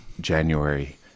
January